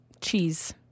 cheese